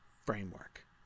framework